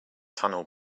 tunnel